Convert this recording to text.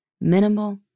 minimal